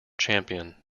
champion